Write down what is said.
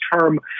term